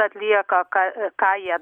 atlieka ką ką jie